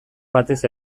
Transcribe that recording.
batez